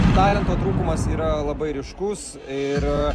talento trūkumas yra labai ryškus ir